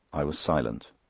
i was silent.